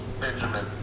Benjamin